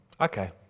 Okay